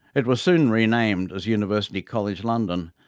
it was soon renamed as university college london,